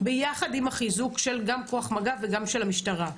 ביחד עם החיזוק גם כוח מג"ב וגם של המשטרה.